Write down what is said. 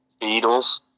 Beatles